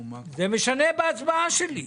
אלה ההסכמים שקיימים כרגע.